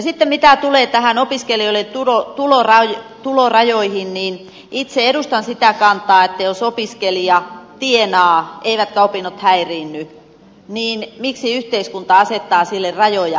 sitten mitä tulee opiskelijoiden tulorajoihin niin itse edustan sitä kantaa että jos opiskelija tienaa eivätkä opinnot häiriinny niin miksi yhteiskunta asettaa sille rajoja